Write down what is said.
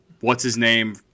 what's-his-name